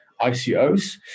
ICOs